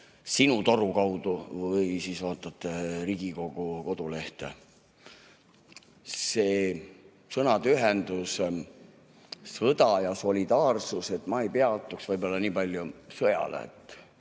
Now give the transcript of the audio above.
Sinu Toru kaudu või siis vaatate Riigikogu kodulehte! See sõnade ühendus "sõda ja solidaarsus" – ma ei peatuks siin nii palju sõjal, vaid